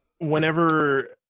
whenever